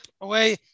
away